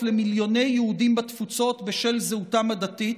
למיליוני יהודים בתפוצות בשל זהותם הדתית,